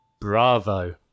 bravo